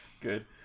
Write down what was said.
good